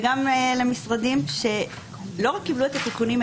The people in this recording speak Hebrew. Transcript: וגם למשרדים שלא רק קיבלו את התיקונים,